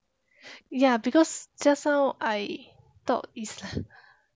yeah because just now I thought is